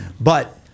But-